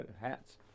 hats